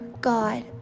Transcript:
God